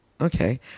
Okay